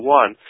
one